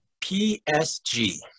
PSG